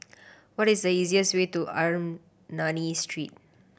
what is the easiest way to Ernani Street